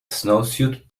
snowsuit